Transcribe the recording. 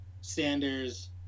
Sanders